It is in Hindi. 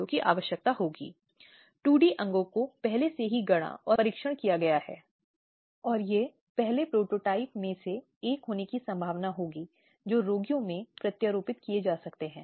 अब जब घरेलू हिंसा के मुद्दे की बात आती है जिसमें घर के खिलाफ भी शिकायत की जा सकती है